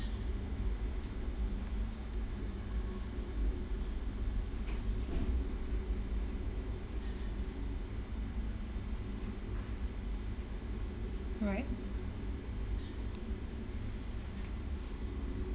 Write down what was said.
right